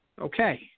Okay